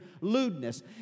lewdness